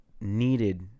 needed